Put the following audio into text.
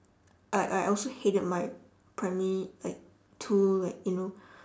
I I also hated my primary like two like you know